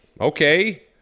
okay